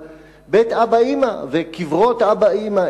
אבל בית אבא-אמא וקברות אבא-אמא,